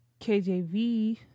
KJV